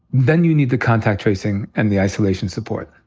then you need the contact tracing and the isolation support.